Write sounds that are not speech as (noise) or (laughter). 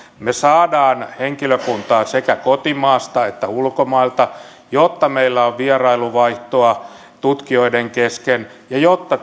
me saamme henkilökuntaa sekä kotimaasta että ulkomailta jotta meillä on vierailuvaihtoa tutkijoiden kesken ja jotta (unintelligible)